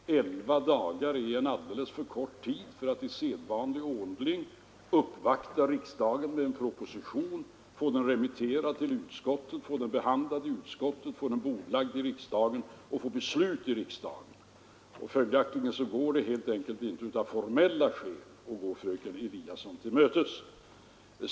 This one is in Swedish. Elva dagar är en alldeles för kort tid för att i sedvanlig ordning uppvakta riksdagen med en proposition, få den remitterad till utskott, behandlad av utskottet och bordlagd i kammaren och för att få ett beslut i kammaren. Följaktligen är det helt enkelt av formella skäl inte möjligt att gå fröken Eliasson till mötes.